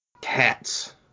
cats